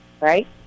right